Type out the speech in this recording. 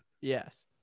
Yes